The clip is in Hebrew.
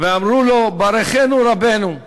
ואמרו לו: ברכנו, רבנו.